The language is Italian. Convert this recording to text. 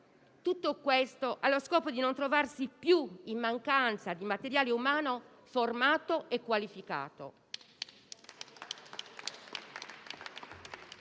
Tutto questo allo scopo di non trovarsi più in mancanza di materiale umano formato e qualificato.